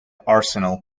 arsenal